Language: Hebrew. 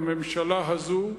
והממשלה הזו,